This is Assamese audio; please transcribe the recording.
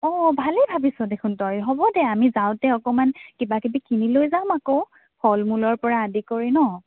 অ ভালে ভাবিছ দেখোন তই হ'ব দে আমি যাওঁতে অকণমান কিবা কিবি কিনি লৈ যাম আকৌ ফল মূলৰ পৰা আদি কৰি ন'